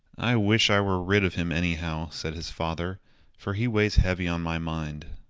i wish i were rid of him, anyhow, said his father for he weighs heavy on my mind.